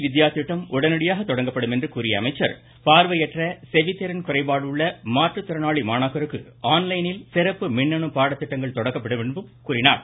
வித்யா திட்டம் உடனடியாக தொடங்கப்படும் என்று கூறிய அமைச்சர் பார்வையற்ற செவித்திறன் குறைபாடுள்ள மாற்றுத்திறனாளி மாணாக்கருக்கு ஆன்லைனில் சிறப்பு மின்னனு பாடத்திட்டங்கள் தொடங்கப்படும் என்றும் தெரிவித்தார்